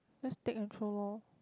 just take and throw loh